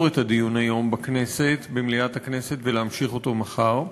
את הדיון היום במליאת הכנסת ולהמשיך אותו מחר,